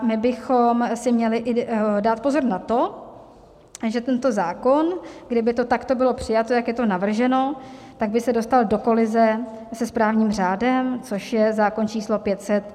My bychom si měli dát pozor na to, že tento zákon, kdyby to takto bylo přijato, jak je to navrženo, by se dostal do kolize se správním řádem, což je zákon č. 500/2004 Sb.